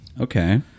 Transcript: Okay